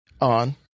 on